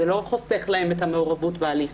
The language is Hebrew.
זה לא חוסך להם את המעורבות בהליך,